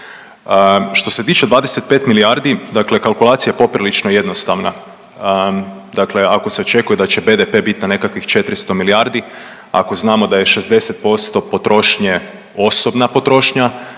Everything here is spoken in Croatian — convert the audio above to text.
Što se tiče 25 milijardi, dakle kalkulacija je poprilično jednostavna dakle ako se očekuje da će BDP bit na nekakvih 400 milijardi, ako znamo da je 60% potrošnje osobna potrošnja